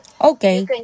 Okay